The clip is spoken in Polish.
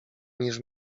niż